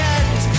end